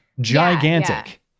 gigantic